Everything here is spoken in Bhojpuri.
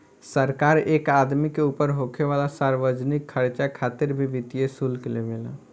सरकार एक आदमी के ऊपर होखे वाला सार्वजनिक खर्चा खातिर भी वित्तीय शुल्क लेवे ला